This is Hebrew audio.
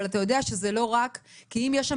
אבל אתה יודע שזה לא רק כי אם יש שם